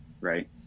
right